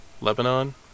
Lebanon